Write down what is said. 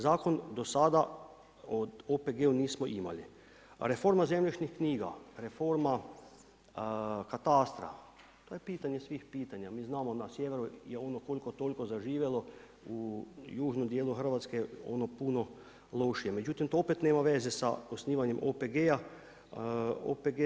Zakon do sada o OPG-u nismo imali a reforma zemljišnih knjiga, reforma katastra, to je pitanje svih pitanja, mi znamo na sjeveru je ono koliko toliko zaživjelo, u južnom djelu Hrvatske ono je puno lošije, međutim to opet nema veze sa osnivanjem OPG-a.